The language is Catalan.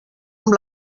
amb